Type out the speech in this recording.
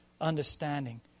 understanding